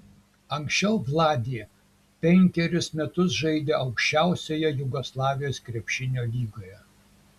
anksčiau vladė penkerius metus žaidė aukščiausioje jugoslavijos krepšinio lygoje